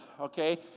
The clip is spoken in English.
okay